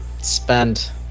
spend